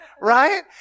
Right